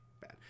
bad